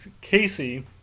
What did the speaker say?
casey